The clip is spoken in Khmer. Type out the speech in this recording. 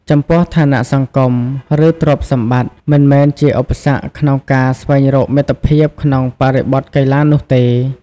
ចំពោះ ឋានៈសង្គម ឬទ្រព្យសម្បត្តិមិនមែនជាឧបសគ្គក្នុងការស្វែងរកមិត្តភាពក្នុងបរិបថកីឡានោះទេ។